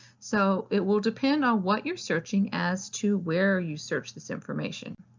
so it will depend on what you're searching as to where you search this information.